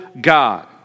God